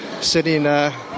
sitting